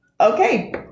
okay